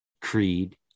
creed